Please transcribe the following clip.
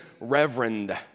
Reverend